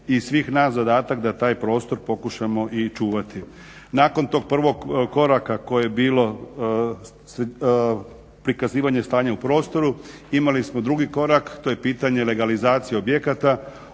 i svih nas zadatak da taj prostor pokušamo i čuvati. Nakon tog prvog koraka koje je bilo prikazivanje stanja u prostoru imali smo drugi korak, to je pitanje legalizacije objekata.